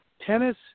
tennis